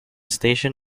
station